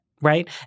right